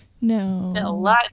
No